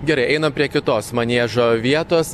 gerai einam prie kitos maniežo vietos